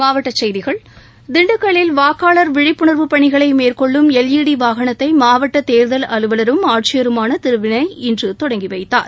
மாவட்டச் செய்திகள் திண்டுக்கல்லில் வாக்காளர் விழிப்புணர்வு பணிகளை மேற்கொள்ளும் எல்ஈடி வாகனத்தை மாவட்ட தேர்தல் நடத்தும் அலுவலரும் ஆட்சியருமான திரு டி ஜி வினய் இன்று துவக்கி வைத்தார்